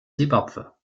simbabwe